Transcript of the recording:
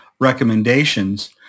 recommendations